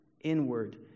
inward